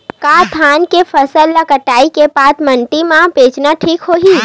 का धान के फसल ल कटाई के बाद मंडी म बेचना ठीक होही?